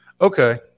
okay